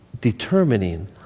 determining